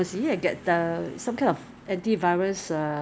when there is a toilet so I think you use the normal